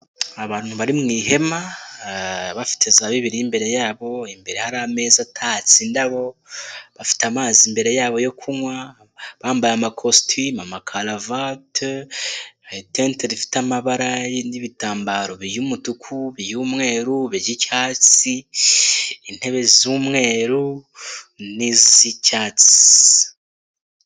Abantu bari mu ihema, bafite za bibiri imbere yabo, imbere hari ameza atatse indabo, bafite amazi imbere yabo yo kunywa, bambaye amakositimu, ama kavate, itente rifite amabara n'ibitambaro iby'umutuku, iby'umweru by'icyatsi, intebe z'umweru n'iz'icyatsi.